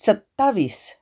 सत्तावीस